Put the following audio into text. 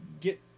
get